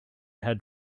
had